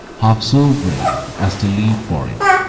half so brave, as to live for it,